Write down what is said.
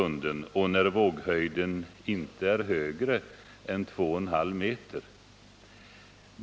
och när våghöjden inte är mer än två och en halv meter.